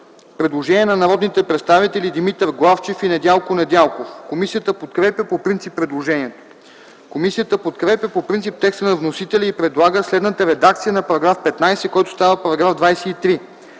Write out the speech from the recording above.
предложение от народните представители Димитър Главчев и Недялко Недялков, което комисията подкрепя по принцип. Комисията подкрепя по принцип текста на вносителя и предлага следната редакция на § 15, който става § 23: „§ 23.